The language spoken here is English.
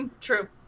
True